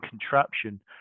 contraption